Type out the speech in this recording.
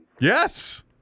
Yes